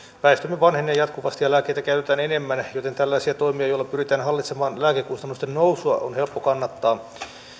väestömme vanhenee jatkuvasti ja lääkkeitä käytetään enemmän joten tällaisia toimia joilla pyritään hallitsemaan lääkekustannusten nousua on helppo kannattaa